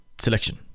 selection